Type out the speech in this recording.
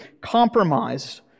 compromised